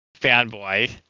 fanboy